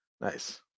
Nice